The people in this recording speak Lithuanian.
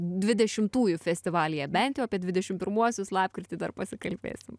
dvidešimtųjų festivalyje bent jau apie dvidešim pirmuosiu lapkritį dar pasikalbėsim